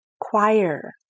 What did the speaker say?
choir